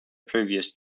previous